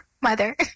Mother